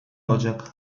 olacak